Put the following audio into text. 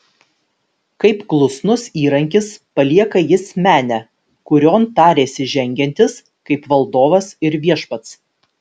kaip klusnus įrankis palieka jis menę kurion tarėsi žengiantis kaip valdovas ir viešpats